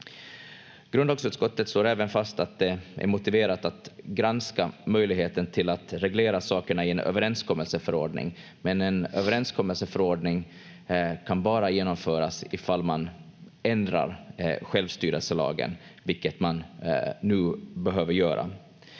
Grundlagsutskottet slår även fast att det är motiverat att granska möjligheten till att reglera sakerna i en överenskommelseförordning. Men en överenskommelseförordning kan bara genomföras ifall man ändrar självstyrelselagen, vilket man nu behöver göra.